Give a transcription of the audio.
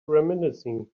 reminiscing